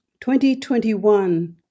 2021